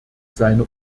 seine